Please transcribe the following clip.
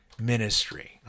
ministry